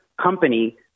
company